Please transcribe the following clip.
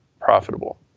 profitable